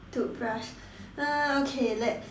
toothbrush eh okay let's